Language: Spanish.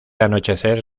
anochecer